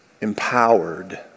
empowered